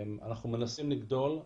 אנחנו מנסים לגדול,